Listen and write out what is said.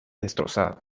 destrozado